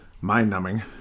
mind-numbing